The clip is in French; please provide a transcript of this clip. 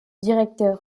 directeur